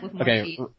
okay